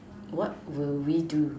what will we do